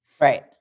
Right